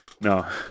No